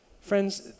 Friends